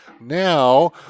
Now